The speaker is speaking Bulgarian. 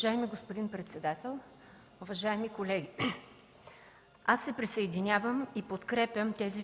Уважаеми господин председател, уважаеми колеги! Аз се присъединявам и подкрепям тезите, които изложиха преждеговорившите народни представители.